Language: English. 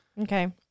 Okay